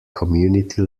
community